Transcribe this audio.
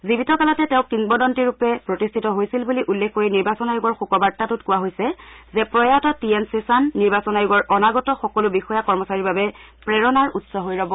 জীৱিত কালতে তেওঁ কিংবদন্তী ৰূপে প্ৰতিষ্ঠিত হৈছিল বুলি উল্লেখ কৰি নিৰ্বাচন আয়োগৰ শোক বাৰ্তাটোত কোৱা হৈছে যে প্ৰয়াত টি এন ছেছান নিৰ্বাচন আয়োগৰ অনাগত সকলো বিষয়া কৰ্মচাৰীৰ বাবে প্ৰেৰণাৰ উৎস হৈ ৰব